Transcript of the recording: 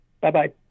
bye-bye